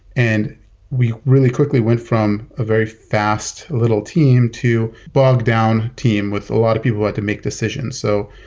and we really quickly went from a very fast, little team to bog down team with a lot of people who had to make decisions. so,